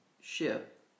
ship